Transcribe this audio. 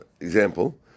example